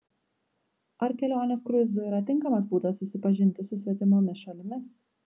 ar kelionės kruizu yra tinkamas būdas susipažinti su svetimomis šalimis